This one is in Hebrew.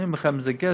אני אומר לכם, זה גזל.